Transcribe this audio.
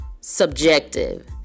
subjective